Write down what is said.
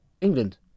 England